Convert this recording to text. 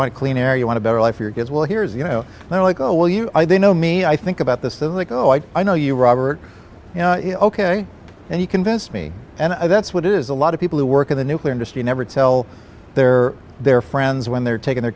want clean air you want to better life your kids well here's you know they're like oh well you know me i think about this film like oh i i know you robert ok and you convince me and that's what it is a lot of people who work in the nuclear industry never tell their their friends when they're taking their